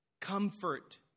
comfort